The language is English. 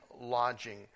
lodging